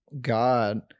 God